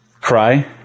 cry